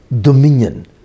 dominion